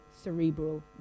cerebral